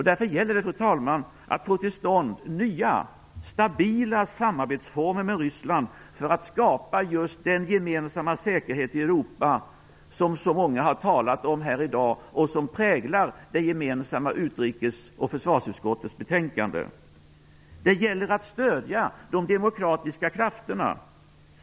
Därför gäller det, fru talman, att få till stånd nya stabila samarbetsformer med Ryssland för att skapa just den gemensamma säkerhet i Europa som så många har talat om här i dag och som präglar det gemensamma utrikes och försvarsutskottets betänkande. Det gäller att stödja de demokratiska krafterna.